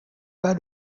pas